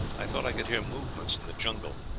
i thought i could hear movements in the jungle.